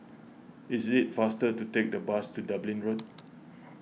is it faster to take the bus to Dublin Road